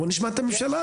בואו נשמע את הממשלה.